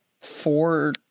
four